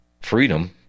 Freedom